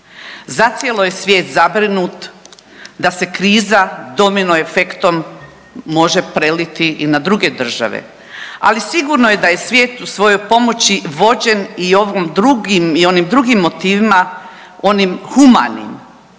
Zacijelo je svijet zabrinut da se kriza domino efektom može preliti i na druge države, ali sigurno je da je svijet u svojoj pomoći vođen i onim drugim motivima onim humanim